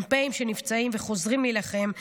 מ"פים שנפצעים וחוזרים להילחם,